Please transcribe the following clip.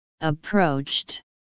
approached